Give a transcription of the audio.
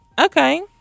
Okay